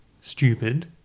stupid